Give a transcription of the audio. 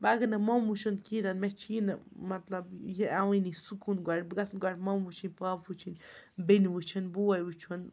بہٕ اگر نہٕ موٚمہٕ وُچھَن کِہیٖنۍ نہٕ مےٚ چھی نہٕ مطلب یہِ یِوٲنی سکوٗن گۄڈنٮ۪تھ بہٕ گژھَن گۄڈٕ موٚمہٕ وُچھِنۍ پاپہٕ وُچھِںۍ بیٚنہِ وُچھِںۍ بوے وٕچھُن